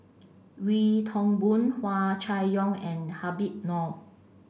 Wee Toon Boon Hua Chai Yong and Habib Noh